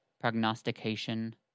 Prognostication